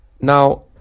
Now